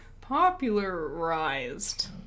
popularized